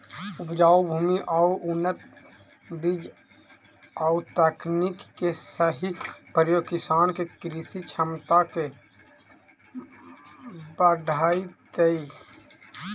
उपजाऊ भूमि आउ उन्नत बीज आउ तकनीक के सही प्रयोग किसान के कृषि क्षमता के बढ़ऽतइ